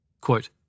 Quote